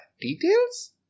details